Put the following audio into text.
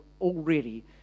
already